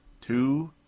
Two